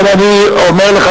לכן אני אומר לך,